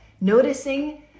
Noticing